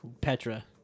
Petra